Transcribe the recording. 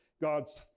God's